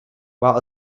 while